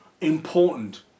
important